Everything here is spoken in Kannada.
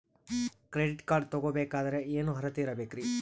ಕ್ರೆಡಿಟ್ ಕಾರ್ಡ್ ತೊಗೋ ಬೇಕಾದರೆ ಏನು ಅರ್ಹತೆ ಇರಬೇಕ್ರಿ?